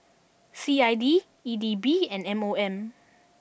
C I D E D B and M O M